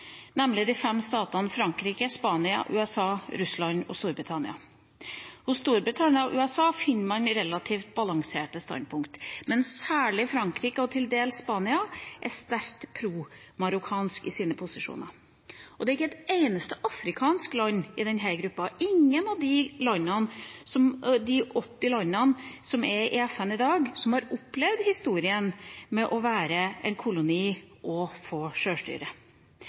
nemlig de fem statene Frankrike, Spania, USA, Russland og Storbritannia. Hos Storbritannia og USA finner man relativt balanserte standpunkter, men særlig Frankrike – og til dels Spania – er sterkt pro-marokkansk i sine posisjoner. Og det er ikke et eneste afrikansk land i denne gruppa – ingen av de 80 landene som er i FN i dag, som har opplevd historien med å være en koloni og få sjølstyre.